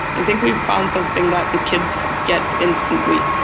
i think we've found something that the kids get instantly.